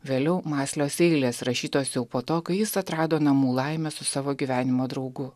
vėliau mąslios eilės rašytos jau po to kai jis atrado namų laimę su savo gyvenimo draugu